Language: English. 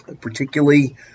particularly